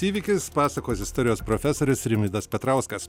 įvykis pasakos istorijos profesorius rimvydas petrauskas